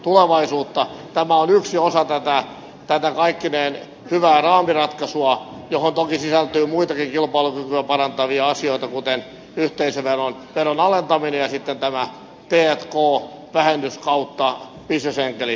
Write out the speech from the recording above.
tämä on yksi osa tätä kaikkineen hyvää raamiratkaisua johon toki sisältyy muitakin kilpailukykyä parantavia asioita kuten yhteisöveron alentaminen ja sitten tämä t k vähennys ja bisnesenkeliratkaisu